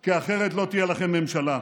כי אחרת לא תהיה לכם ממשלה.